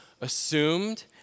assumed